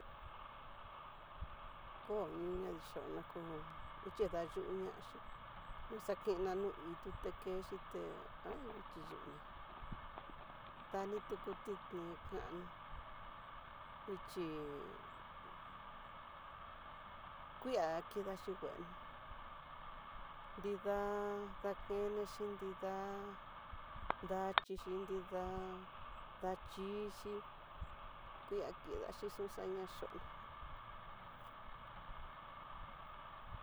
Koo ni ne xhona koo nguixhi dayuñaxi, nuxakena nuitu te ke xhité, hay xhiyuná dani tuku tidni kanó, nguixhi kiá kedaxhi nguenó nrida dakenexhi nidá, daxhixi nidá daxhixi kuia kidaxhi xunxhaña xhoná.